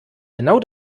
genau